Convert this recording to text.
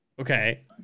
okay